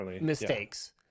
mistakes